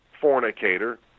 fornicator